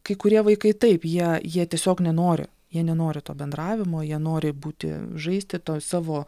kai kurie vaikai taip jie jie tiesiog nenori jie nenori to bendravimo jie nori būti žaisti toj savo